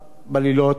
בלילות,